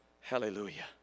Hallelujah